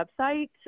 website